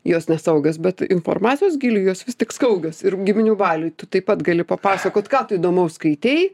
jos nesaugios bet informacijos giliui jos vis tik saugios ir giminių baliuj tu taip pat gali papasakot ką tu įdomaus skaitei